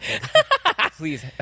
please